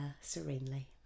serenely